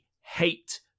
hate